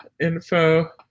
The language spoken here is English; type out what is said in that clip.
info